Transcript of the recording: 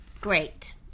Great